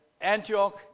Antioch